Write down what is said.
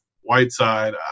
Whiteside